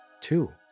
two